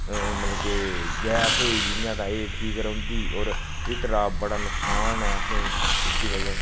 मतलब कि गैस होई जियां ता एह् ठीक रौह्न्दी होर हीटरा बड़ा नुकसान ऐ असेंगी एह्दी बजह कन्नै